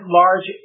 large